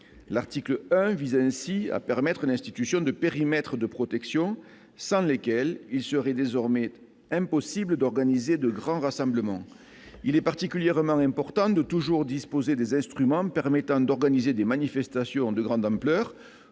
L'article 1 vise ainsi à permettre l'institution de périmètres de protection, sans lesquels il serait désormais impossible d'organiser de grands rassemblements. Il est particulièrement important de toujours disposer des instruments permettant d'organiser des manifestations de cette ampleur